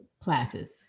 classes